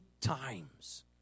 times